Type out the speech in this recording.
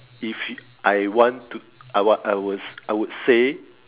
if you I want to I want I was I would say